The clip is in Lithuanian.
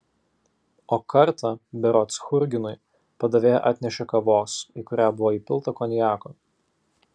o kartą berods churginui padavėja atnešė kavos į kurią buvo įpilta konjako